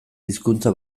hizkuntza